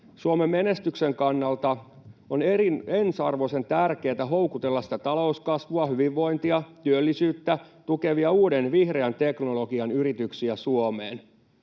Suomen menestyksen kannalta on ensiarvoisen tärkeätä houkutella talouskasvua, hyvinvointia ja työllisyyttä tukevia uuden vihreän teknologian yrityksiä Suomeen.